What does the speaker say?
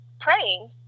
praying